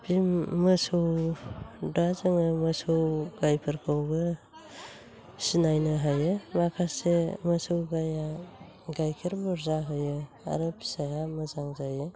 जों मोसौ दा जोङो मोसौ गायफोरखौबो सिनायनो हायो माखासे मोसै गाया गायखेर बुरजा होयो आरो फिसाया मोजां जायो